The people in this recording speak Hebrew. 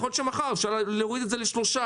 יכול להיות שמחר אפשר יהיה להוריד את זה לשלושה.